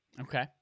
Okay